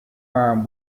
farm